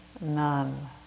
none